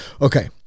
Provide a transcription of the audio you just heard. Okay